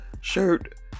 shirt